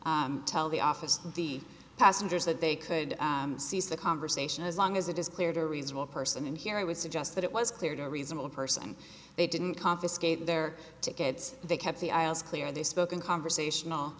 to tell the office of the passengers that they could seize the conversation as long as it is clear to a reasonable person and here i would suggest that it was clear to a reasonable person they didn't confiscate their tickets they kept the aisles clear they spoke in conversational